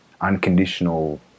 unconditional